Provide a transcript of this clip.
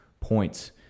points